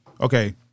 Okay